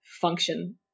function